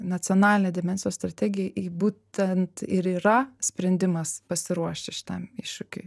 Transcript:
nacionalinė demencijos strategija ji būtent ir yra sprendimas pasiruošti šitam iššūkiui